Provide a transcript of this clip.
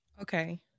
okay